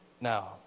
now